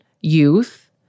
youth